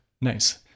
Nice